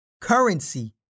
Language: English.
Currency